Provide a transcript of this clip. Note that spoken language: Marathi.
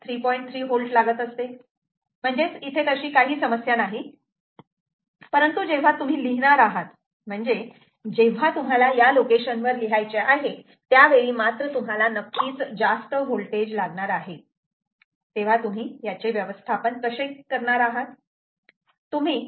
3 V लागत असते म्हणजेच इथे काही समस्या नाही परंतु जेव्हा तुम्ही लिहिणार आहात म्हणजेच जेव्हा तुम्हाला या लोकेशन वर लिहायचे आहे त्यावेळी मात्र तुम्हाला नक्कीच जास्त व्होल्टेज लागणार आहे तेव्हा तुम्ही याचे व्यवस्थापन कसे करणार आहात तुम्ही या 3